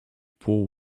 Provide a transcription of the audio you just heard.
poor